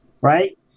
Right